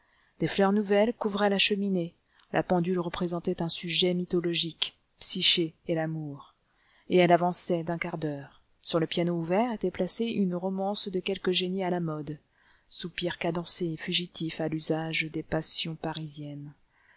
des fleurs nouvelles couvraient la cheminée la pendule représentait un sujet mythologique psyché et l'amour et elle avançait d'un quart d'heure sur le piano ouvert était placée une romance de quelque génie à la mode soupirs cadencés et fugitifs à l'usage des passions parisiennes